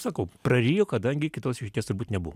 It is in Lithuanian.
sakau prarijo kadangi kitos išeities turbūt nebuvo